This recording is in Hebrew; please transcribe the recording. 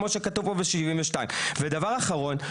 כמו שכתוב בסעיף 72. דבר אחרון,